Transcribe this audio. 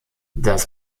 das